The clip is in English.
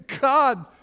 God